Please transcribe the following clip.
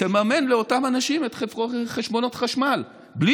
תממן לאותם אנשים את חשבונות החשמל בלי